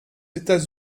états